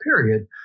period